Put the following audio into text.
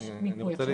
החוץ והביטחון.